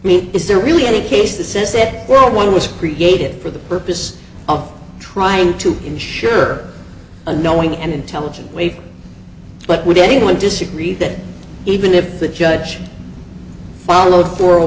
i mean is there really any case that says it well one was created for the purpose of trying to ensure a knowing and intelligent way but would anyone disagree that even if the judge followed for